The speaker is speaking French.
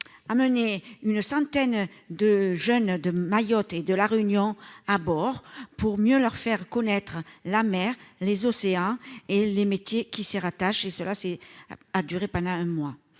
mener une centaine de jeunes de Mayotte et de la Réunion à bord pour mieux leur faire connaître la mer, les océans et les métiers qui s'y rattachent, et cela c'est a duré pendant un mois